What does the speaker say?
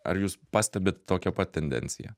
ar jūs pastebit tokią pat tendenciją